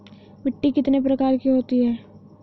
मिट्टी कितने प्रकार की होती हैं?